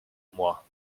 moi